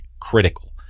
critical